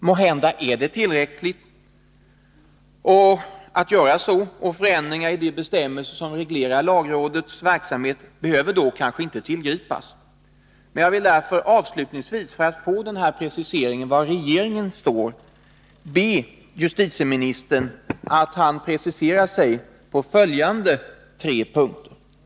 Måhända är det tillräckligt att göra så, och förändringar i de bestämmelser som reglerar lagrådets verksamhet behöver då kanske inte tillgripas. Därför vill jag avslutningsvis be justitieministern att han preciserar sig på följande tre punkter.